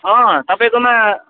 अँ तपाईँकोमा